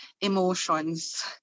emotions